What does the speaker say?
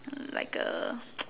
mm like a